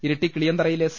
ഇരിട്ടി കിളിയന്തറയിലെ സി